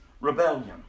rebellion